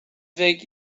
väg